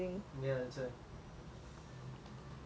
mm what is your biggest fear